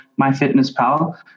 MyFitnessPal